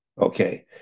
okay